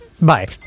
Bye